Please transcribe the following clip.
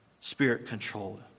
spirit-controlled